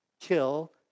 kill